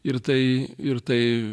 ir tai ir tai